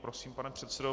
Prosím, pane předsedo.